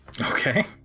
Okay